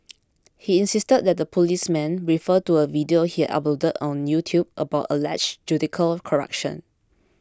he insisted that the policemen refer to a video he had uploaded on YouTube about alleged judicial corruption